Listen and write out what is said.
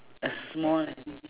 a small